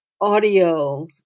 audio